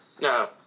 No